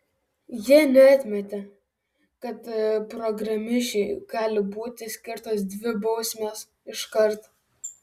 jie neatmetė kad programišiui gali būti skirtos dvi bausmės iškart